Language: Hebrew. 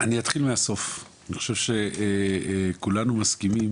ואתחיל מהסוף, אני חושב שכולנו מסכימים